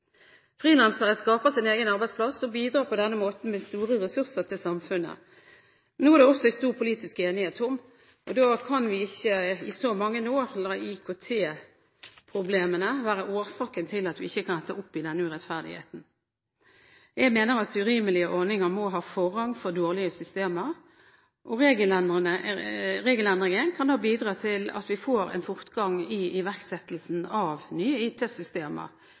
sin egen arbeidsplass, og bidrar på denne måten med store ressurser til samfunnet, noe det også er stor politisk enighet om. Da kan vi ikke i så mange år la IKT-problemene være årsaken til at vi ikke kan rette opp i denne urettferdigheten. Jeg mener at urimelige ordninger må ha forrang for dårlige systemer, og regelendringen kan bidra til at vi får en fortgang i iverksettelsen av nye